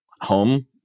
home